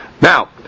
Now